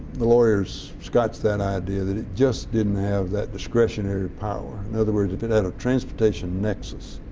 the lawyers scotched that idea that it just didn't have that discretionary power. in other words, if it had a transportation nexus.